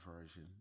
Version